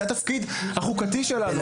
זה התפקיד החוקתי שלנו,